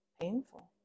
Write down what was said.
painful